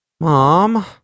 Mom